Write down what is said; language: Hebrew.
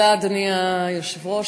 אדוני היושב-ראש,